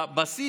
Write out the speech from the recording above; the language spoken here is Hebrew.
בשיא,